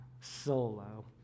solo